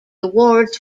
awards